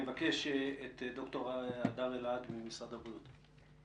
אני מבקש את ד"ר הדר אלעד ממשרד הבריאות.